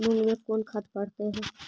मुंग मे कोन खाद पड़तै है?